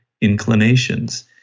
inclinations